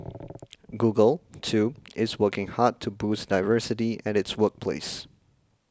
Google too is working hard to boost diversity at its workplace